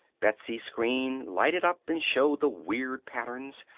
betsy's screen lighted up and showed the weird patterns,